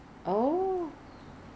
so 你可以换一张 sheet mask